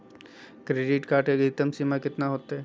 Credit card के अधिकतम सीमा कितना होते?